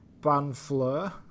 Banfleur